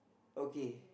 okay